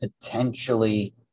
potentially